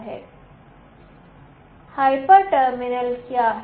hyper terminal क्या है